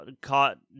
caught